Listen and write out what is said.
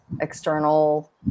external